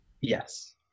Yes